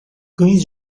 cães